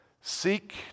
seek